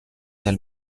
del